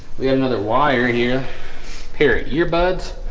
we have another wire here period your buds.